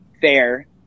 fair